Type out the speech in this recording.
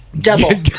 double